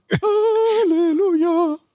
Hallelujah